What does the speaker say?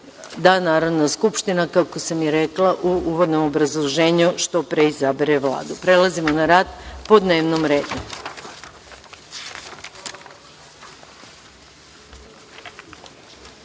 da Narodna skupština, kako sam i rekla u uvodnom obrazloženju, što pre izabere Vladu. Prelazimo na rad po dnevnom